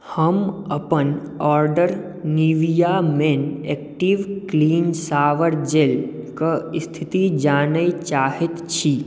हम अपन order Nivea men active clean shower gel क स्थिति जानय चाहैत छी